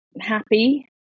happy